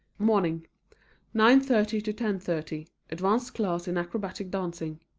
morning nine thirty to ten thirty advanced class in acrobatic dancing.